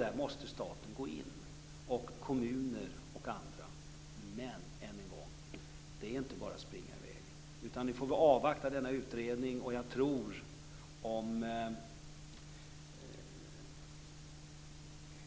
Där måste staten gå in, liksom kommuner och andra. Än en gång: Det är inte bara att springa i väg. Nu får vi avvakta nämnda utredning. Jag tror,